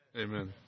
Amen